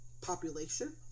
population